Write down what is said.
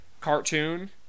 cartoon